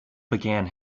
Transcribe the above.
began